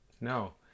No